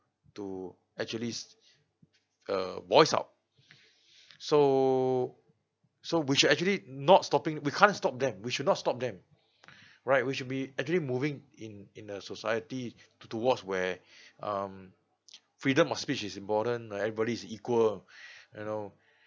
to actually uh voice out so so we should actually not stopping we can't stop them we should not stop them right we should be actually moving in in a society towards where um freedom of speech is important and everybody is equal you know